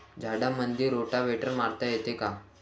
झाडामंदी रोटावेटर मारता येतो काय?